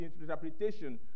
interpretation